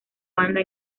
banda